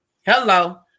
Hello